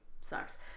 sucks